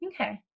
Okay